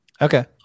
Okay